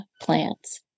plants